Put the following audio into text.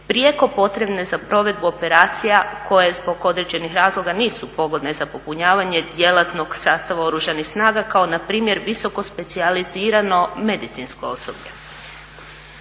prijeko potrebno za provedbu operacija koje zbog određenih razloga nisu pogodne za popunjavanje djelatnog sastava Oružanih snaga kao npr. visokospecijalizirano medicinsko osoblje.